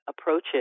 approaches